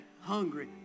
hungry